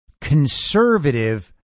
conservative